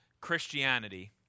Christianity